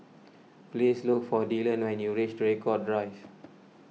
please look for Dillon when you reach Draycott Drive